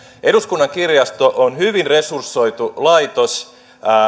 eduskunnan kirjasto on hyvin resursoitu laitos